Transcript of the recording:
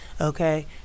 Okay